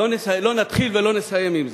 לא נתחיל ולא נסיים עם זה.